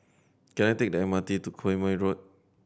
can I take the M R T to Quemoy Road